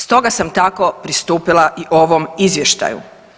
Stoga sam tako pristupila i ovom izvještaju.